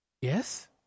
yes